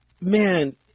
Man